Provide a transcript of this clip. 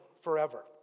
forever